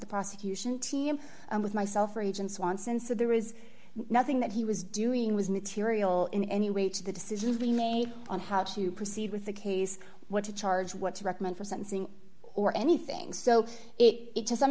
the prosecution team with myself or agents once and so there was nothing that he was doing was material in any way to the decisions being made on how to proceed with the case what to charge what to recommend for sentencing or anything so it to some